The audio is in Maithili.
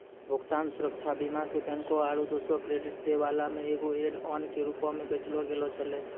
भुगतान सुरक्षा बीमा के बैंको आरु दोसरो क्रेडिट दै बाला मे एगो ऐड ऑन के रूपो मे बेचलो गैलो छलै